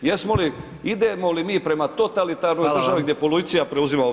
Jesmo li, idemo li mi prema totalitarnoj državi, gdje policija preuzima ovlast?